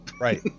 Right